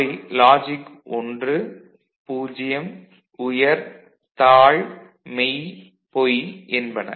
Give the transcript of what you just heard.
அவை லாஜிக் 1 0 உயர் தாழ் மெய் பொய் என்பன